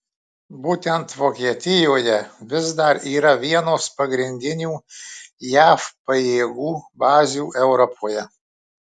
būtent vokietijoje vis dar yra vienos pagrindinių jav pajėgų bazių europoje